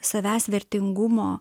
savęs vertingumo